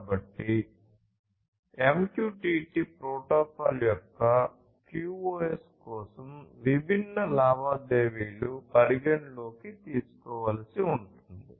కాబట్టి MQTT protocol యొక్క QoS కోసం విభిన్న లావాదేవీలు పరిగణనలోకి తీసుకోవలసి ఉంటుంది